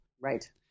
right